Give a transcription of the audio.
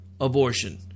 abortion